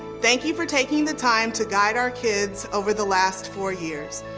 thank you for taking the time to guide our kids over the last four years.